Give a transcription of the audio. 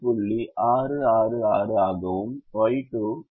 666 ஆகவும் Y2 3